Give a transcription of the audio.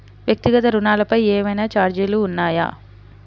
వ్యక్తిగత ఋణాలపై ఏవైనా ఛార్జీలు ఉన్నాయా?